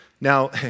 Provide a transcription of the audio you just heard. Now